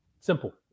Simple